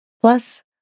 Plus